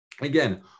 Again